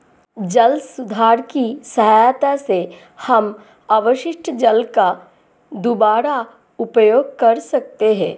जल सुधार की सहायता से हम अपशिष्ट जल का दुबारा उपयोग कर सकते हैं